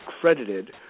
credited